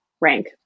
rank